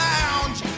Lounge